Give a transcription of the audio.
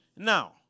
Now